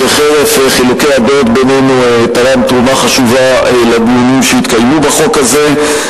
שחרף חילוקי הדעות בינינו תרם תרומה חשובה לדיונים שהתקיימו בחוק הזה.